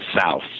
south